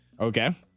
Okay